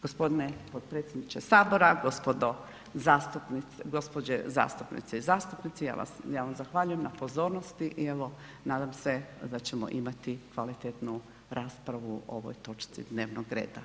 Gospodine potpredsjedničke sabora, gospođe zastupnice i zastupnici ja vam zahvaljujem na pozornosti i evo nadam se da ćemo imati kvalitetnu raspravu o ovoj točci dnevnog reda.